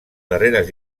darreres